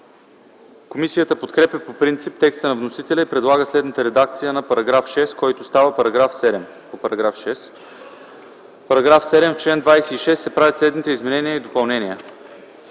Комисията подкрепя по принцип текста на вносителя и предлага следната редакция на § 4, който става § 5: „§ 5. В чл. 22, ал. 2 се правят следните изменения и допълнения: